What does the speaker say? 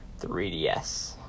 3DS